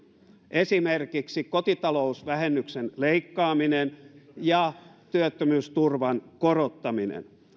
esimerkiksi kotitalousvähennyksen leikkaaminen ja työttömyysturvan korottaminen